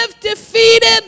defeated